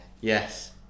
Yes